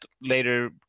later